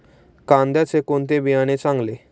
कांद्याचे कोणते बियाणे चांगले?